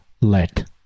let